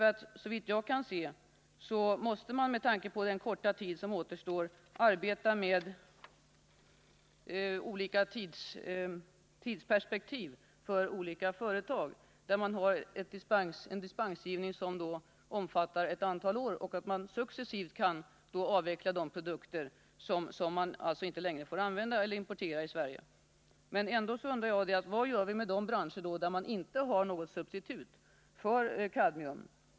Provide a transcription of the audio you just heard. Såvitt jag kan se måste man, med tanke på den korta tid som återstår, arbeta med skilda tidsperspektiv för olika företag som har en dispensgivning, vilken då omfattar ett antal år, för att företaget skall hinna avveckla de produkter som inte längre får användas här eller som importeras till Sverige. Jag undrar: Vad gör man med de branscher där det inte finns något substitut för kadmium?